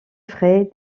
frais